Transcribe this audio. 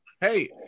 Hey